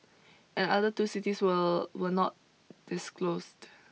and other two cities will were not disclosed